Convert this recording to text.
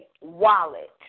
wallet